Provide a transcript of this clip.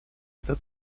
этот